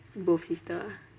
both sister ah